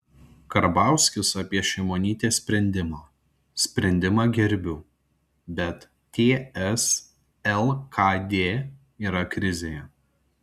karbauskis apie šimonytės sprendimą sprendimą gerbiu bet ts lkd yra krizėje